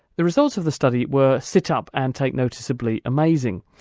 the results of the study were sit up and take notice'-ably amazing.